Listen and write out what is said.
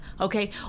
Okay